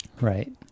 Right